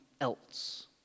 else